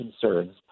concerns